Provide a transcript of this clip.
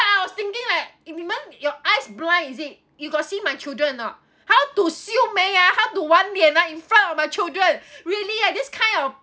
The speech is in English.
I was thinking like eh 你们 your eyes blind is it you got see my children or not how to 修美 ah how to 碗脸 ah in front of my children really ah this kind of